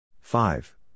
Five